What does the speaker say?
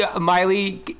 Miley